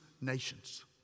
nations